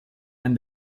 and